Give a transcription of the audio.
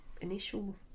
initial